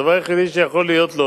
הדבר היחידי שיכול להיות לו